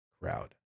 crowd